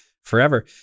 forever